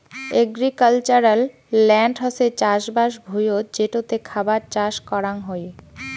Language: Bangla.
এগ্রিক্যালচারাল ল্যান্ড হসে চাষবাস ভুঁইয়ত যেটোতে খাবার চাষ করাং হই